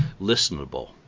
listenable